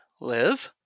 Liz